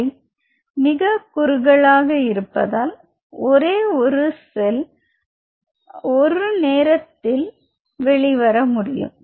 அதை மிக குறுகலாக இருப்பதால் ஒரே ஒரு செல் மட்டும் ஒரு நேரத்தில் வெளிவர முடியும்